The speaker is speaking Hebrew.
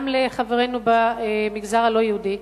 גם לחברינו במגזר הלא-יהודי,